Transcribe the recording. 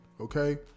Okay